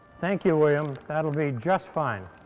thank you, william. that'll be just fine.